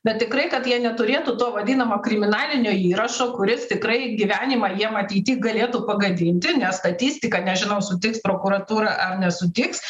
bet tikrai kad jie neturėtų to vadinamo kriminalinio įrašo kuris tikrai gyvenimą jiem ateity galėtų pagadinti nes statistika nežinau sutiks prokuratūra ar nesutiks